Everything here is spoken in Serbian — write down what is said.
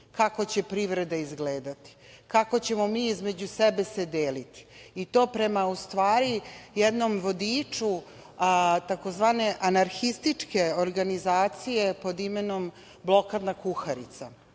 kako će privreda izgledati, kako ćemo mi između sebe se deliti, i to prema u stvari jednom vodiču takozvane anarhističke organizacije pod imenom „Blokadna kuharica“.Kao